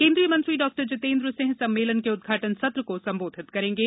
केंद्रीय मंत्री डॉक्टर जितेन्द्र सिंह सम्मेलन के उदघाटन सत्र को संबोधित करेंगे